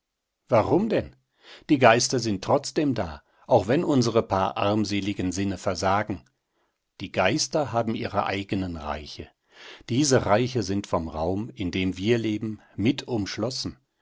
warum denn die geister sind trotzdem da auch wenn unsere paar armseligen sinne versagen die geister haben ihre eigenen reiche diese reiche sind vom raum in dem wir leben mit umschlossen